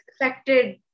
affected